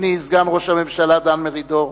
אדוני סגן ראש הממשלה דן מרידור,